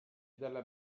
delle